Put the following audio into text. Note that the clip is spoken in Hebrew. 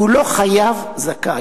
כולו חייב, זכאי.